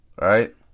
Right